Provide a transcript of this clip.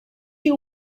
you